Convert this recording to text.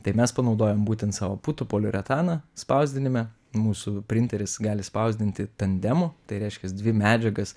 tai mes panaudojom būtent savo putų poliuretaną spausdinime mūsų printeris gali spausdinti tandemu tai reiškias dvi medžiagas